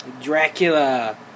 Dracula